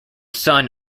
son